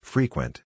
Frequent